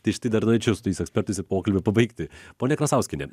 tai štai dar norėčiau su tais ekspertais ir pokalbio pabaigti ponia klasauskiene